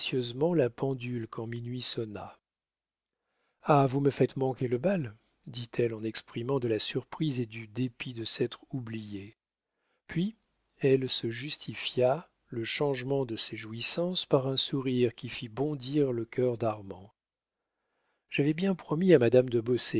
la pendule quand minuit sonna ah vous me faites manquer le bal dit-elle en exprimant de la surprise et du dépit de s'être oubliée puis elle se justifia le changement de ses jouissances par un sourire qui fit bondir le cœur d'armand j'avais bien promis à madame de